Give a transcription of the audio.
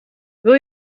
wil